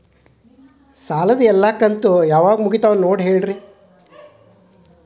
ಸಾಲದ ಎಲ್ಲಾ ಕಂತು ಯಾವಾಗ ಮುಗಿತಾವ ನೋಡಿ ಹೇಳ್ರಿ